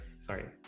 sorry